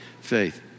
faith